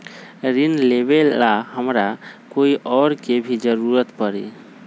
ऋन लेबेला हमरा कोई और के भी जरूरत परी?